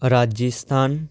Rajasthan